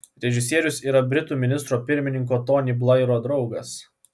režisierius yra britų ministro pirmininko tony blairo draugas